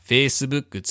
Facebook